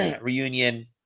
reunion